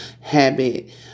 habit